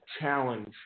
challenge